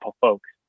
folks